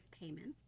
payments